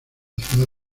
ciudad